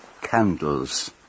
candles